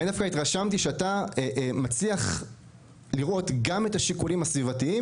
ואני דווקא התרשמתי שאתה מצליח לראות גם את השיקולים הסביבתיים